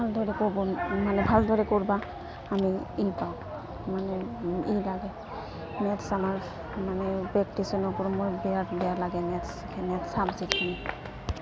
ভালদৰে কৰ'ব মানে ভালদৰে কৰ'বা আমি ই পাওঁ মানে ই লাগে মেথ্ছ আমাৰ মানে প্ৰেক্টিছো নকৰোঁ মোৰ বিৰাট বেয়া লাগে মেথ্ছখিনে চাবজেক্টখিনি